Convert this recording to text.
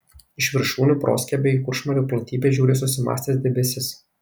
iš viršūnių proskiebio į kuršmarių platybes žiūri susimąstęs debesis